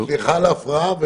סליחה על ההפרעה.